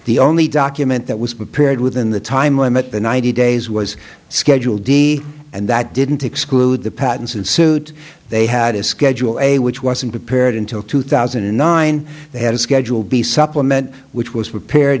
the only document that was prepared within the time limit the ninety days was schedule d and that didn't exclude the patents ensuite they had a schedule a which wasn't prepared until two thousand and nine they had a schedule b supplement which was prepared